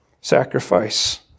sacrifice